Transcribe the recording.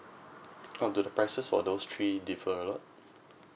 um do the prices for those three differ a lot